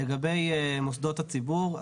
לגבי מוסדות הציבור,